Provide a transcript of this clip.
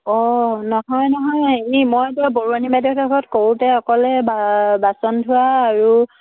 অঁ নহয় নহয় এনেই মই বাৰু বৰুৱানী বাইদেউহঁতৰ ঘৰত কৰোঁতে অকলে বা বাচন ধোৱা আৰু